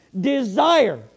desire